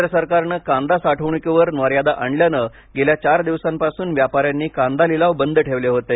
केंद्र सरकारने कांदा साठवणुकीवर मर्यादा आणल्याने गेल्या चार दिवसांपासून व्यापाऱ्यांनी कांदा लिलाव बंद ठेवले होते